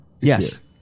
Yes